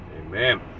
Amen